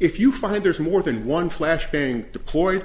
if you find there's more than one flash bang deployed